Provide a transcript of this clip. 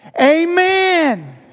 amen